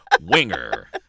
Winger